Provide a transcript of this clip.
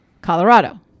Colorado